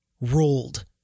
rolled